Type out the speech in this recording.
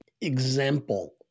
example